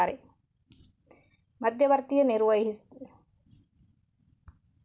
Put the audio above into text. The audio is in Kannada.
ಮಧ್ಯವರ್ತಿಯು ನಿರ್ವಹಿಸುವ ಭದ್ರತಾ ರಿಜಿಸ್ಟರಿನಲ್ಲಿ ಕಾಣಿಸಿಕೊಂಡರೆ ಮಾತ್ರ ಅವರು ಹಕ್ಕುಗಳಿಗೆ ಅರ್ಹರಾಗಿರುತ್ತಾರೆ